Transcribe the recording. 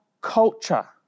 culture